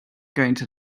gonna